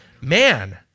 Man